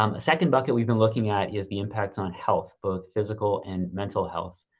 um a second bucket we've been looking at is the impact on health, both physical and mental health.